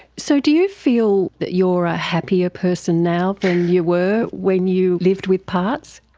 so do you feel that you are a happier person now than you were when you lived with parts?